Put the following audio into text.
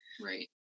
right